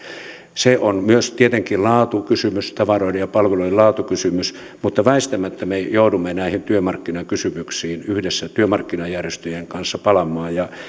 se on tietenkin myös tavaroiden ja palveluiden laatukysymys mutta väistämättä me joudumme näihin työmarkkinakysymyksiin yhdessä työmarkkinajärjestöjen kanssa palaamaan ja